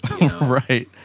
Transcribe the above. Right